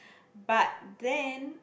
but then